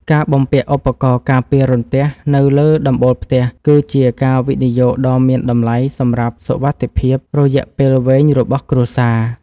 ការបំពាក់ឧបករណ៍ការពាររន្ទះនៅលើដំបូលផ្ទះគឺជាការវិនិយោគដ៏មានតម្លៃសម្រាប់សុវត្ថិភាពរយៈពេលវែងរបស់គ្រួសារ។